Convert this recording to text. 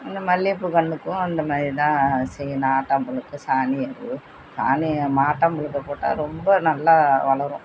இந்த மல்லிகைப் பூ கன்றுக்கும் அந்த மாதிரி தான் செய்யணும் ஆட்டாம் புழுக்கை சாணி எருவு சாணி ஆட்டாம் புழுக்கை போட்டால் ரொம்ப நல்லா வளரும்